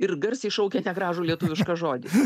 ir garsiai šaukė negražų lietuvišką žodį